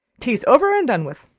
tea's over and done with,